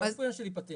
לא, לא עניין של ייפתר.